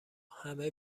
همه